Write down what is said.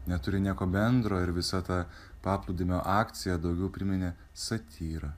neturi nieko bendro ir visa ta paplūdimio akcija daugiau priminė satyrą